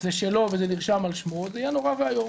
זה שלו וזה נרשם על שמו זה יהיה נורא ואיום.